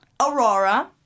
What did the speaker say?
Aurora